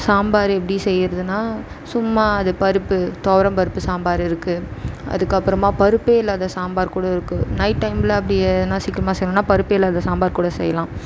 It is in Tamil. சாம்பார் எப்படி செய்கிறதுனா சும்மா அது பருப்பு துவரம் பருப்பு சாம்பார் இருக்குது அதுக்கு அப்புறமா பருப்பே இல்லாத சாம்பாருக்கூட இருக்குது நைட் டைமில் அப்படி எதுனா சீக்கிரமாக செய்யணும்னா பருப்பே இல்லாத சாம்பார் கூட செய்யலாம்